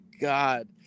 God